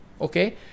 Okay